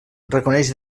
reconeix